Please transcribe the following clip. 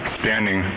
standing